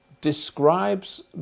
describes